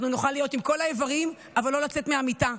אנחנו נוכל להיות עם כל האיברים אבל לא לצאת מהמיטה.